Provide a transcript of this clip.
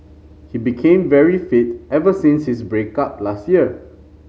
he became very fit ever since his break up last year